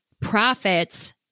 Profits